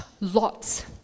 lots